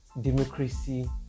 Democracy